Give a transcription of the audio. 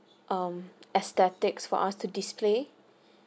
um aesthetics for us to display